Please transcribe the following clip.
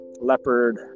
leopard